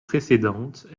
précédentes